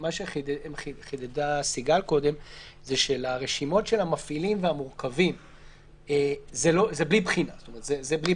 שחידדה סיגל קודם זה שלרשימות של המפעילים והמורכבים זה בלי בחינה.